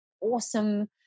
awesome